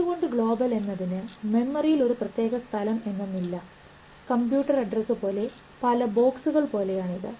എന്തുകൊണ്ട് ഗ്ലോബൽ എന്നതിന് മെമ്മറിയിൽ ഒരു പ്രത്യേക സ്ഥലം എന്നൊന്നില്ല കമ്പ്യൂട്ടർ അഡ്രസ്സ് പോലെ പല ബോക്സുകൾ പോലെയാണ് ഇത്